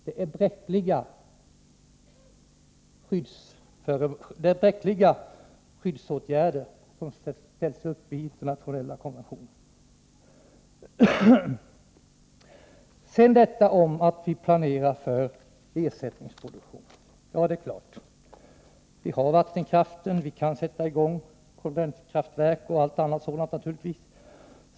Det är bräckliga skyddsåtgärder som ställs upp i internationella konventioner. Sedan till detta att vi planerar för ersättningsproduktion. Ja, det är klart att vi har vattenkraften och att vi kan sätta i gång kondenskraftverk m.m.